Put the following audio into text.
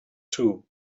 too